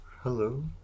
Hello